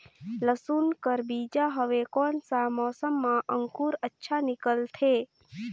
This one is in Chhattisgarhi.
लसुन कर बीजा हवे कोन सा मौसम मां अंकुर अच्छा निकलथे?